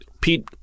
Pete